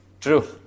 true